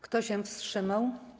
Kto się wstrzymał?